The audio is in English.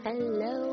Hello